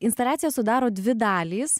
instaliaciją sudaro dvi dalys